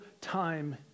time